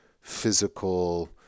physical